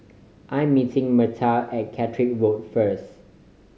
I'm meeting Myrtle at Caterick Road first